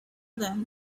then